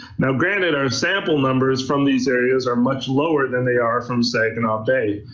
now granted, our sample numbers from these areas are much lower than they are from saginaw bay.